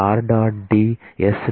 D s